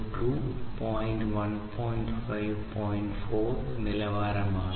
4 നിലവാരമാണ്